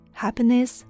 happiness